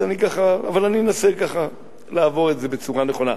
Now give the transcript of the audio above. אבל אני מנסה לעבור את זה בצורה נכונה.